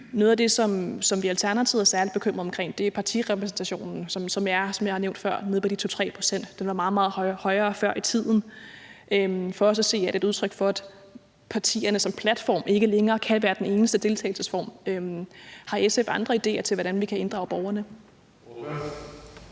Noget af det, som vi i Alternativet er særlig bekymret for, er partirepræsentationen, der er, som jeg har nævnt før, nede på 2-3 pct. Den var meget, meget højere før i tiden. For os at se er det et udtryk for, at partierne som platform ikke længere kan være den eneste deltagelsesform. Har SF andre idéer til, hvordan vi kan inddrage borgerne?